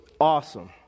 awesome